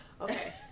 Okay